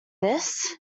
this